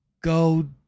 go